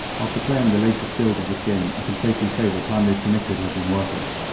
after playing the latest build of this game, i can safely say the time they've committed has been worth it.